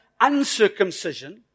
uncircumcision